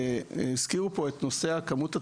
כשהזכירו פה את נושא כמות הטיפולים,